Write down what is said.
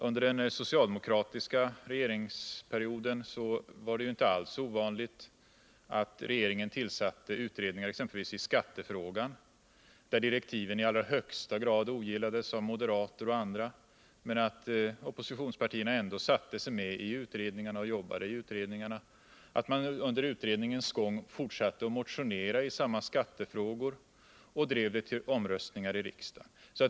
Under den socialdemokratiska regeringsperioden var det inte alls ovanligt att regeringen tillsatte utredningar i exempelvis skattefrågan, där direktiven i allra högsta grad ogillades av moderater och andra men där oppositionspartierna ändå satt med i utredningarna och arbetade och under utredningens gång fortsatte att motionera i samma skattefrågor och drev dem till omröstning i riksdagen.